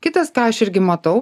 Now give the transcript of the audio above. kitas tą aš irgi matau